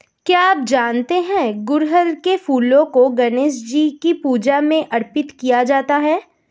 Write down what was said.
क्या आप जानते है गुड़हल के फूलों को गणेशजी की पूजा में अर्पित किया जाता है?